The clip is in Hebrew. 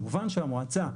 כמובן שהמועצה,